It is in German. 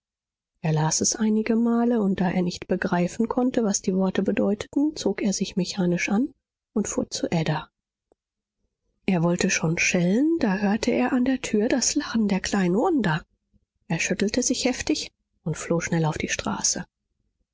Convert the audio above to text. er las es einige male und da er nicht begreifen konnte was die worte bedeuteten zog er sich mechanisch an und fuhr zu ada er wollte schon schellen da hörte er an der tür das lachen der kleinen wanda er schüttelte sich heftig und floh schnell auf die straße